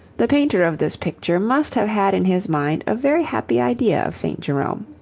the painter of this picture, must have had in his mind a very happy idea of st. jerome.